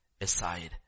aside